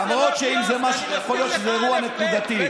למרות שיכול להיות שזה אירוע נקודתי,